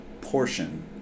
portion